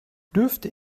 dürfte